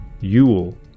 Yule